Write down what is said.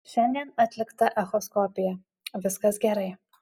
šiandien atlikta echoskopija viskas gerai